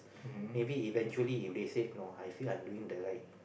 maybe eventually if they said no I feel I'm doing the right